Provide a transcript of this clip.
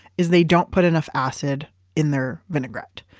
is they don't put enough acid in their vinaigrette.